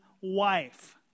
wife